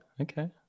okay